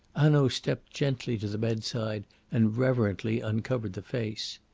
hanaud stepped gently to the bedside and reverently uncovered the face.